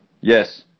yes